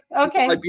Okay